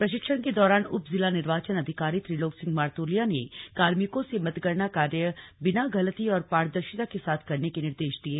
प्रशिक्षण के दौरान उप जिला निर्वाचन अधिकारी त्रिलोक सिंह मर्तोलिया ने कार्मिकों से मतगणना कार्य बिना गलती और पारदर्शिता के साथ करने के निर्देश दिये